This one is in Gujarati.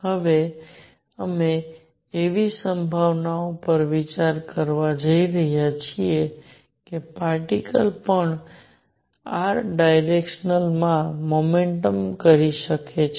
હવે અમે એવી સંભાવના પર વિચાર કરી રહ્યા છીએ કે પાર્ટીકલ પણ r ડાયરેક્શન માં મોમેન્ટમ કરી શકે છે